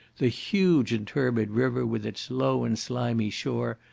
the huge and turbid river, with its low and slimy shore,